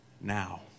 now